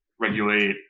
Regulate